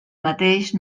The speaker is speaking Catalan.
mateix